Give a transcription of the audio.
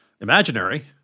imaginary